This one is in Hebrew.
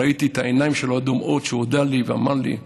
ראיתי את העיניים שלו דומעות כשהוא הודה לי ואמר לי,